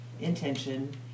intention